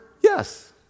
yes